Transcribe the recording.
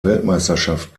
weltmeisterschaft